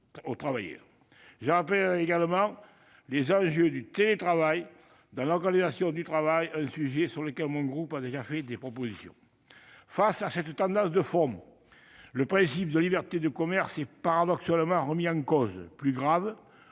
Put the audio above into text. aux travailleurs. Je rappellerai également les enjeux du télétravail dans l'organisation du travail, un sujet sur lequel mon groupe a déjà fait des propositions. Face à cette tendance de fond, le principe de la liberté du commerce est paradoxalement remis en question. Plus grave,